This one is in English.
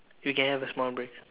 you can have a small break